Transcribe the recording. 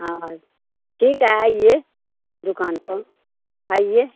हाँ ठीक है आइए दुकान पर आइए